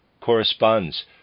corresponds